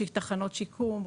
תחנות שיקום,